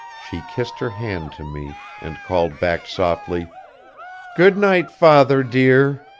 she kissed her hand to me and called back softly good-night, father dear!